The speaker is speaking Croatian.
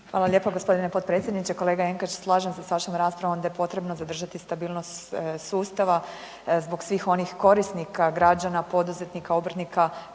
Hvala lijepa gospodine potpredsjedniče. Kolega Jenkač slažem se s vašom raspravom da je potrebno zadržati stabilnost sustava zbog svih onih korisnika, građana, poduzetnika, obrtnika,